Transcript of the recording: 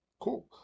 Cool